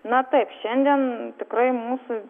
na taip šiandien tikrai mūsų